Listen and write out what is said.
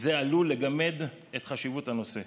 זה עלול לגמד את חשיבות הנושא,